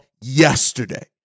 yesterday